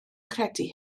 credu